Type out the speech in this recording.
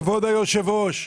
כבוד היושב-ראש,